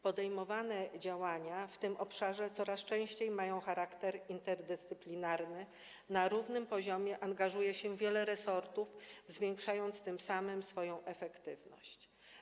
Podejmowane działania w tym obszarze coraz częściej mają charakter interdyscyplinarny, na równym poziomie angażuje się w nie wiele resortów, zwiększając tym samym swoją efektywność.